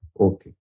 Okay